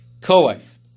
co-wife